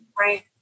Right